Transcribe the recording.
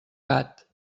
gat